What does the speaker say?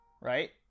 Right